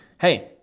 hey